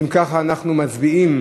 אם ככה, אנחנו מצביעים